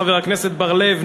חבר הכנסת בר-לב,